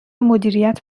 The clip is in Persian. مدیریت